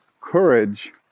courage